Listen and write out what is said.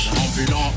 ambulant